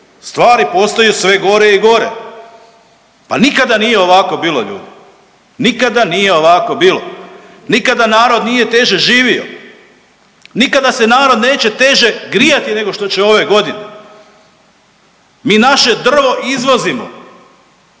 Stvari postaju sve gore i gore. Pa nikada nije ovako bilo ljudi! Nikada nije ovako bilo! Nikada narod nije teže živio. Nikada se narod neće teže grijati nego što će ove godine. Mi naše drvo izvozimo.